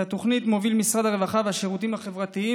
את התוכנית מוביל משרד הרווחה והשירותים החברתיים,